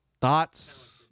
Thoughts